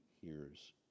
hears